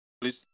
Please